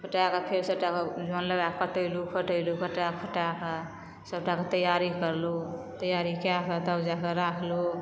पटाए के फेर सबटा के जॉन लगाए कऽ कटैलु खोटेलु कटाए खोटाए कऽ सबटा के तैयारी करलु तैयारी कए कऽ तब जाके राखलु